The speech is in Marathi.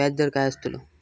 व्याज दर काय आस्तलो?